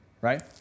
right